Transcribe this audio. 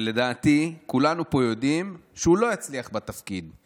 לדעתי כולנו פה יודעים שהוא לא יצליח בתפקיד,